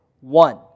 one